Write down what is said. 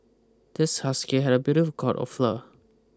this husky had a beautiful coat of fur